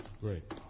Great